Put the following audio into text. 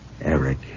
Eric